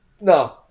No